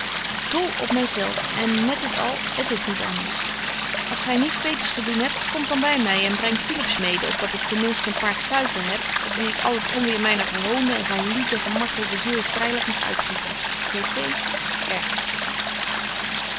dol op my zelf en met dit al het is niet anders als gy niets beter te doen hebt kom dan by my en breng philips mede op dat ik ten minsten een paar guiten heb op wie ik al het onweêr myner gehoonde en van liefde gemartelde ziel vrylyk mag uitgieten